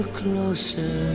closer